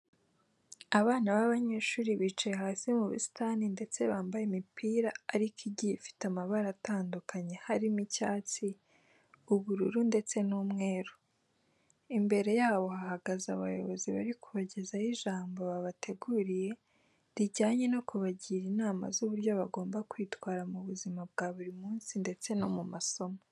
Abana b'abanyeshuri bicaye hasi mu busitani ndetse bambaye imipira ariko igiye ifite amabara atandukanye harimo icyatsi, ubururu ndetse n'umweru. Imbere yabo hahagaze abayobozi bari kubagezaho ijambo babateguriye rijyanye no kubagira inama z'uburyo bagomba kwitwara mu buzima bwa buri munsi ndetse no mu masomo.